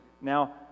now